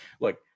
Look